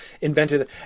invented